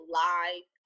live